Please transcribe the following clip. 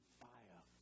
fire